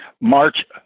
March